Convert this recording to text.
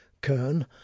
Kern